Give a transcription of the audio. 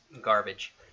garbage